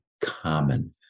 common